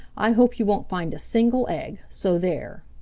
i hope you won't find a single egg, so there!